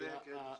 זה הקרדיט שלי.